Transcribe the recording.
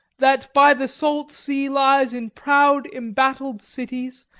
that by the salt sea lies in proud embattled cities,